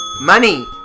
Money